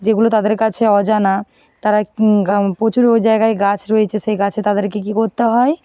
যেগুলো তাদের কাছে অজানা তারা প্রচুর ওই জায়গায় গাছ রয়েছে সে গাছে তাদেরকে কি করতে হয়